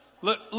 Look